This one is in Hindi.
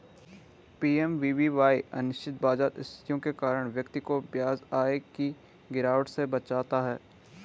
पी.एम.वी.वी.वाई अनिश्चित बाजार स्थितियों के कारण व्यक्ति को ब्याज आय की गिरावट से बचाता है